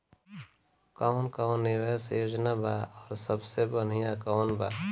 कवन कवन निवेस योजना बा और सबसे बनिहा कवन बा?